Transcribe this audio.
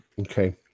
Okay